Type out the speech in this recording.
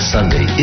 Sunday